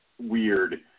weird